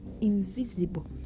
invisible